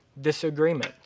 disagreements